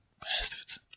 Bastards